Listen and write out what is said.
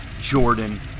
Jordan